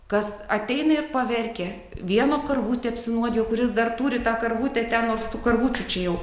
kas ateina ir paverkia vieno karvutė apsinuodijo kuris dar turi tą karvutę ten nors tų karvučių čia jau